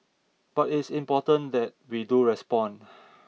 but it's important that we do respond